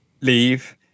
leave